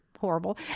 horrible